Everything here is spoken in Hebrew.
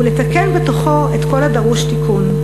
ולתקן בתוכו את כל הדרוש תיקון,